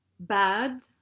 bad